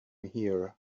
here